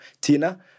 Tina